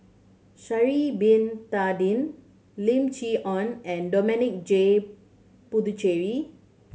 Sha'ari Bin Tadin Lim Chee Onn and Dominic J Puthucheary